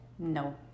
No